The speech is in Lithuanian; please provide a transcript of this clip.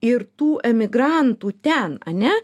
ir tų emigrantų ten ane